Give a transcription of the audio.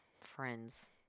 friends